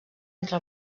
entre